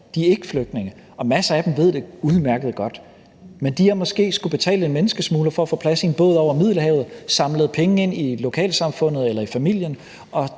De er ikke flygtninge, og masser af dem ved det udmærket godt. Men de har måske skullet betale en menneskesmugler for at få plads i en båd over Middelhavet ved at samle penge ind i lokalsamfundet eller i familien